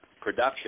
production